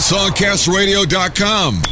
Songcastradio.com